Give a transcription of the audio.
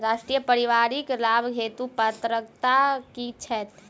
राष्ट्रीय परिवारिक लाभ हेतु पात्रता की छैक